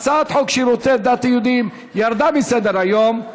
הצעת חוק שירותי הדת היהודיים ירדה מסדר-היום.